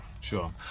Sure